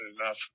enough